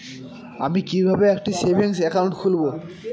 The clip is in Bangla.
আমি কিভাবে একটি সেভিংস অ্যাকাউন্ট খুলব?